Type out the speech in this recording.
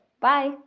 bye